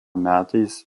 metais